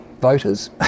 voters